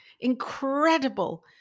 incredible